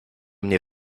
mnie